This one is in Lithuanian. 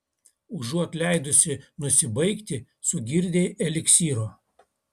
užuot leidusi nusibaigti sugirdei eliksyro